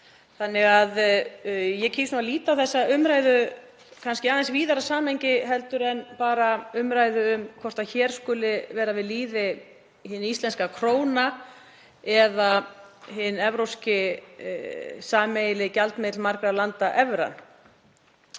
dags. Ég kýs að líta á þessa umræðu í kannski aðeins víðara samhengi heldur en bara umræðu um hvort hér skuli vera við lýði hin íslenska króna eða hinn evrópski sameiginlegi gjaldmiðill margra landa, evra.